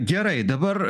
gerai dabar